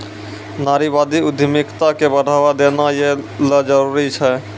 नारीवादी उद्यमिता क बढ़ावा देना यै ल जरूरी छै